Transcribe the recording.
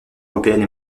européenne